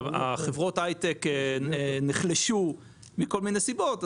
חברות ההייטק נחלשו מכל מיני סיבות,